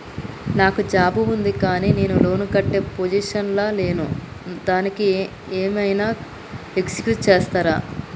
నాకు జాబ్ ఉంది కానీ నేను లోన్ కట్టే పొజిషన్ లా లేను దానికి ఏం ఐనా ఎక్స్క్యూజ్ చేస్తరా?